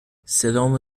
صدامو